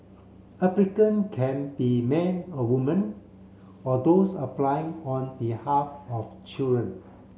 applicant can be men or women or those applying on behalf of children